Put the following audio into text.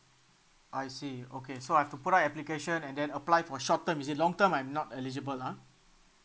I see okay so I've to put up an application and then apply for short term is it long term I'm not eligible ah